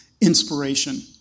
inspiration